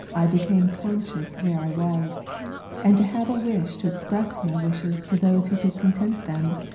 i became conscious where i was and to have a wish to express my wishes to those who could content them,